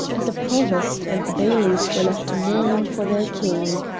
and the provost and the bailies were left mourning for their king.